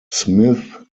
smith